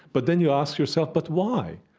but then you ask yourself but why?